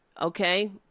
okay